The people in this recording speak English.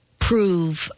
prove